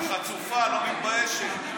חצופה, את לא מתביישת.